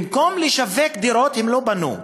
במקום לשווק דירות, הם לא בנו,